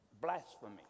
blasphemy